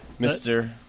Mr